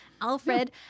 Alfred